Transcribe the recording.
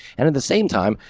and at the same time,